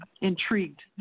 intrigued